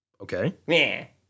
Okay